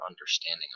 understanding